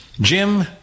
Jim